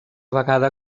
vegada